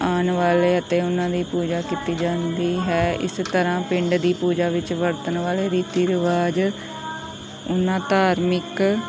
ਆਉਣ ਵਾਲੇ ਅਤੇ ਉਹਨਾਂ ਦੀ ਪੂਜਾ ਕੀਤੀ ਜਾਂਦੀ ਹੈ ਇਸ ਤਰ੍ਹਾਂ ਪਿੰਡ ਦੀ ਪੂਜਾ ਵਿੱਚ ਵਰਤਣ ਵਾਲੇ ਰੀਤੀ ਰਿਵਾਜ ਉਹਨਾਂ ਧਾਰਮਿਕ